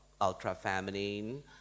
ultra-feminine